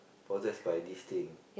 possessed by this thing